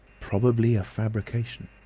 probably a fabrication!